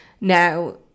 Now